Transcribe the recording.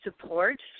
support